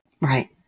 Right